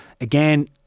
again